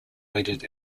weighted